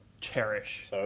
cherish